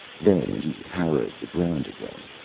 then he harrowed the ground again.